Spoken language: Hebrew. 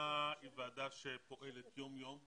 הוועדה היא ועדה שפועלת יום יום,